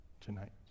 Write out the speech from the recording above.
tonight